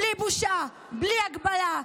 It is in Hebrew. בלי בושה, בלי הגבלה.